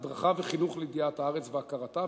הדרכה וחינוך לידיעת הארץ והכרתה,